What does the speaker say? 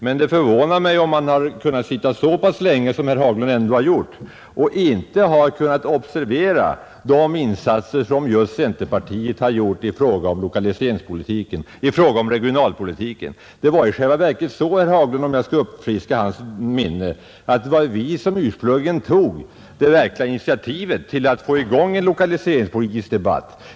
Men det förvånar om han kunnat sitta så pass länge som han ändå gjort och inte kunnat observera de insatser som just centerpartiet gjort inom lokaliseringsoch regionalpolitiken. Det var på det sättet — om jag får uppfriska herr Haglunds minne — att det var vi som ursprungligen tog det verkliga initiativet till en lokaliseringspolitisk debatt.